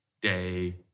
day